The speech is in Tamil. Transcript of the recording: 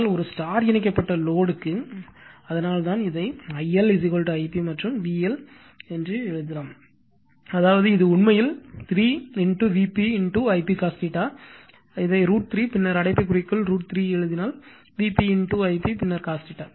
ஆனால் ஒரு ஸ்டார் இணைக்கப்பட்ட லோடுக்கு அதனால்தான் இதை I L Ip மற்றும் VL என்று எழுதலாம் அதாவது இது உண்மையில் 3 Vp Ip cos இதை √ 3 பின்னர் அடைப்புக்குறிக்குள் √3 எழுது Vp Ip பின்னர் cos